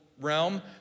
realm